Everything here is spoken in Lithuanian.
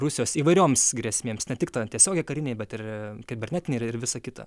rusijos įvairioms grėsmėms ne tik tiesiogiai karinėj bet ir kibernetinėj ir ir visa kita